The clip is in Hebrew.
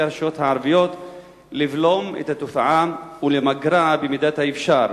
הרשויות הערביות לבלום את התופעה ולמגרה במידת האפשר?